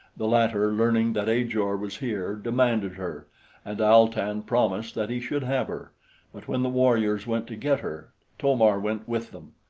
the latter, learning that ajor was here, demanded her and al-tan promised that he should have her but when the warriors went to get her to-mar went with them.